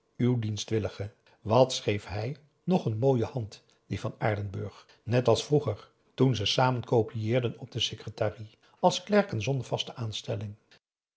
uw dienstwillige wat schreef hij nog n mooie hand die van aardenburg net als vroeger toen ze samen copieerden op de secretarie als klerken zonder vaste aanstelling